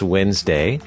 Wednesday